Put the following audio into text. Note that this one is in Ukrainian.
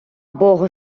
богу